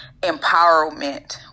empowerment